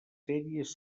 sèries